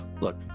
look